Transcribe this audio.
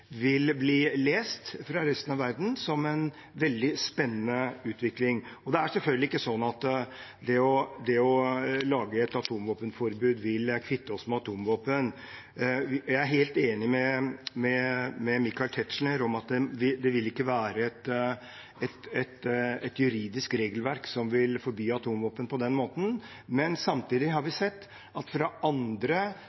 bli lest i resten av verden som en veldig spennende utvikling. Det er selvfølgelig ikke sånn at ved å lage et atomvåpenforbud vil vi kvitte oss med atomvåpen. Jeg er helt enig med Michael Tetzschner i at det vil ikke være et juridisk regelverk som vil forby atomvåpen på den måten, men samtidig har vi